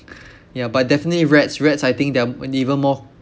yeah but definitely rats rats I think they are they're even more